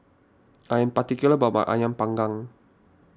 I am particular about my Ayam Panggang